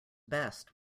best